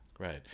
Right